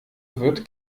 wird